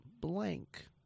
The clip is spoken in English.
blank